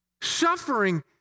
suffering